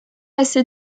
assez